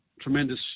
tremendous